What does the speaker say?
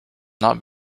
not